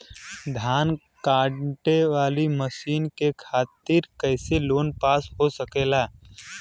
धान कांटेवाली मशीन के खातीर कैसे लोन पास हो सकेला?